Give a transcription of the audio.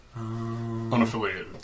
Unaffiliated